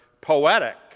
poetic